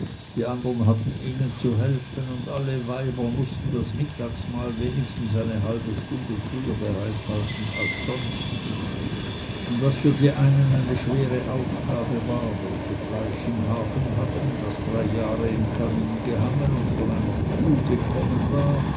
die andern hatten ihnen zu helfen und alle weiber mußten das mittagsmahl wenigstens eine halbe stunde früher bereit halten als sonst was für die einen eine schwere aufgabe war welche fleisch im hafen hatten das drei jahre im kamin gehangen und von einer kuh gekommen war